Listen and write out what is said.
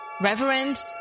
Reverend